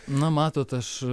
na matot aš